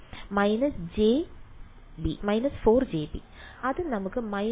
4jb അത് നമുക്ക് 4jb നൽകി രണ്ടാം ടേം നമുക്ക് നൽകി